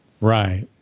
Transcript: Right